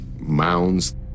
Mounds